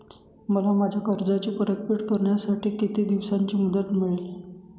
मला माझ्या कर्जाची परतफेड करण्यासाठी किती दिवसांची मुदत मिळेल?